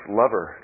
lover